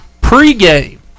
Pre-game